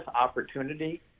opportunity